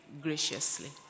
graciously